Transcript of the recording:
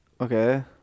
Okay